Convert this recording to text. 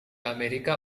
amerika